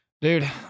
Dude